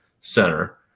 center